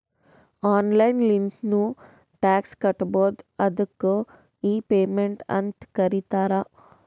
online ಲಿಂತ್ನು tax ಕಟ್ಬೋದು ಅದ್ದುಕ್ ಇ ಪೇಮೆಂಟ್ ಅಂತ್ ಕರೀತಾರ